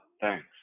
thanks